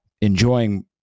enjoying